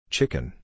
Chicken